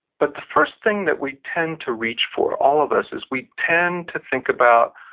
but the first thing that we tend to reach for, all of us, is we tend to think about,